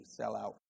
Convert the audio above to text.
sellout